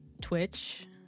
twitch